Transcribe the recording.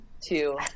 two